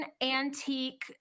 antique